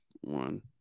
one